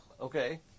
Okay